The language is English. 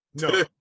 No